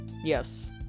Yes